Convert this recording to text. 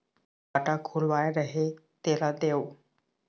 खाता खुलवाय रहे तेला देव?